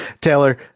Taylor